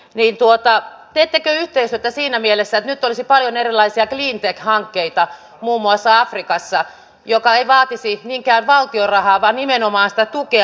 niin teettekö yhteistyötä siinä mielessä että nyt olisi muun muassa afrikassa paljon erilaisia cleantech hankkeita jotka eivät vaatisi niinkään valtion rahaa vaan nimenomaan sitä tukea